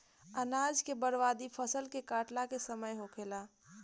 अनाज के बर्बादी फसल के काटला के समय होखेला